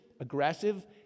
aggressive